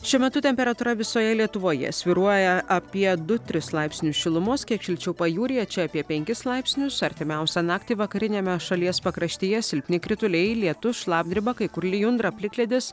šiuo metu temperatūra visoje lietuvoje svyruoja apie du tris laipsnius šilumos kiek šilčiau pajūryje čia apie penkis laipsnius artimiausią naktį vakariniame šalies pakraštyje silpni krituliai lietus šlapdriba kai kur lijundra plikledis